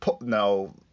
no